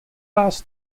vás